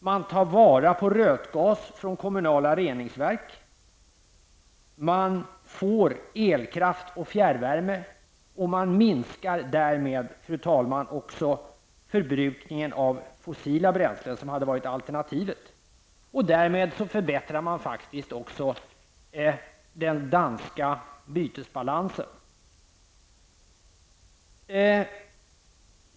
Man tar vara på rötgas från kommunala reningsverk. Man får elkraft och fjärrvärme, och man minskar därmed, fru talman, även förbrukningen av fossila bränslen, som hade varit alternativet. Därmed förbättras också den danska bytesbalansen.